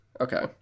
Okay